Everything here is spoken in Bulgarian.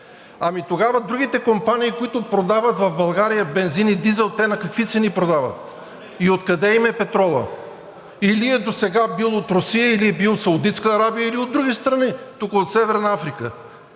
Ами тогава другите компании, които продават в България бензин и дизел, те на какви цени продават? И откъде им е петролът? Или досега е бил от Русия, или е бил от Саудитска Арабия, или от други страни тук, от Северна Африка.